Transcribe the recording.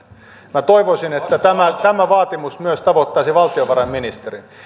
minä toivoisin että tämä tämä vaatimus tavoittaisi myös valtiovarainministerin